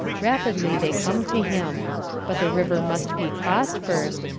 rapidly they come to him but the river must be crossed first,